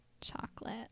Chocolate